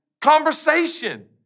conversation